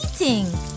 eating